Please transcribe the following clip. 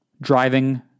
driving